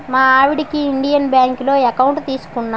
మా ఆవిడకి ఇండియన్ బాంకులోనే ఎకౌంట్ తీసుకున్నా